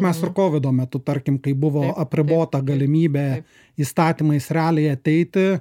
mes ir kovido metu tarkim kai buvo apribota galimybė įstatymais realiai ateiti